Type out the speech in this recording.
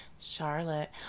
Charlotte